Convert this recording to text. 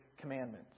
commandments